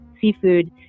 Seafood